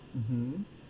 mmhmm